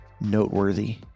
noteworthy